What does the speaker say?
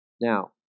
Now